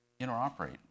interoperate